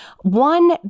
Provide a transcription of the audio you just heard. one